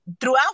throughout